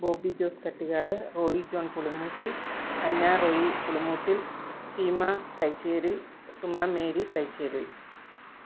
Bobby Jose Kattikad Roy John Pulimoottil Anna Roy Pulimoottil Seema Thaycheril Suma Mary Thaycheril